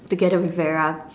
together with Vera